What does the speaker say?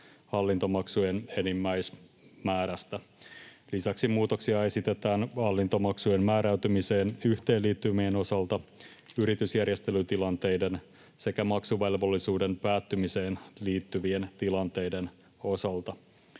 hallintomaksujen enimmäismäärästä. Lisäksi muutoksia esitetään hallintomaksujen määräytymiseen yhteenliittymien, yritysjärjestelytilanteiden sekä maksuvelvollisuuden päättymiseen liittyvien tilanteiden osalta.